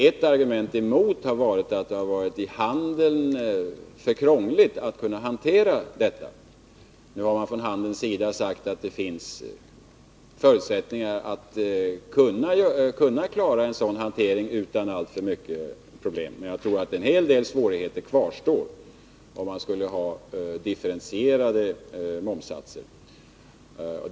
Ett argument emot har varit att det skulle ha varit för krångligt för handeln att hantera detta instrument. Nu har det från handelns sida sagts att det finns förutsättningar för att klara en sådan hantering utan alltför stora problem, men jag tror att en hel del svårigheter skulle kvarstå, om vi skulle ha differentierade momssatser.